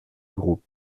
group